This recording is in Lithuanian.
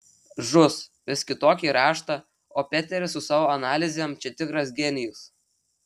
žus vis kitokį raštą o peteris su savo analizėm čia tikras genijus